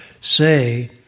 say